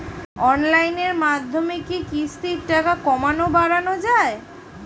অনলাইনের মাধ্যমে কি কিস্তির টাকা কমানো বাড়ানো যায়?